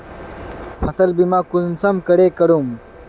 फसल बीमा कुंसम करे करूम?